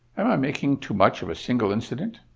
am i making too much of a single incident?